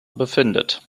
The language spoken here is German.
befindet